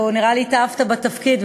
נראה לי שהתאהבת בתפקיד,